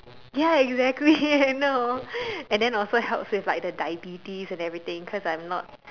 ya exactly I know and then also help with like the diabetes and everything cause I'm not